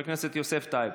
חבר הכנסת יוסף טייב,